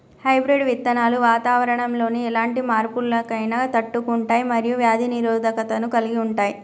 hybrid విత్తనాలు వాతావరణంలోని ఎలాంటి మార్పులనైనా తట్టుకుంటయ్ మరియు వ్యాధి నిరోధకతను కలిగుంటయ్